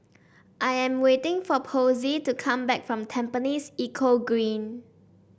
I am waiting for Posey to come back from Tampines Eco Green